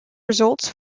results